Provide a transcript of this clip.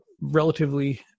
relatively